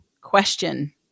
question